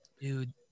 Dude